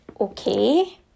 okay